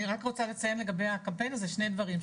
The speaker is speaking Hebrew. אני רק רוצה לציין לגבי הקמפיין הזה שני דברים,